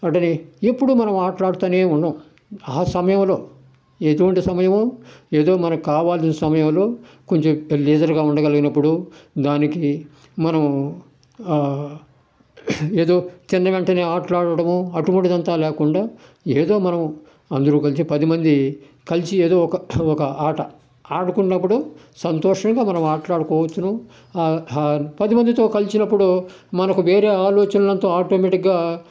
ఎప్పుడూ మనం ఆటలాడుతూనే ఉండం ఆ సమయంలో ఎటువంటి సమయము ఏదో మనకి కావాల్సిన సమయంలో కొంచెం లీజర్గా ఉండగలిగినప్పుడు దానికి మనం ఏదో తిన్న వెంటనే ఆటలు ఆడడము అటువంటిదంతా లేకుండా ఏదో మనం అందరూ కలిసి పదిమంది కలిసి ఏదో ఒక ఆట ఆడుకున్నప్పుడు సంతోషంగా మనము ఆటలాడుకోవచ్చును పదిమందితో కలిసినప్పుడు మనకు వేరే ఆలోచనలు అంతా ఆటోమేటిక్గా